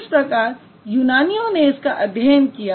किस प्रकार यूनानियों ने इसका अध्ययन किया